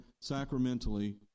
sacramentally